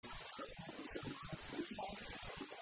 וכמו שהגמרא מסבירה